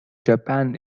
japan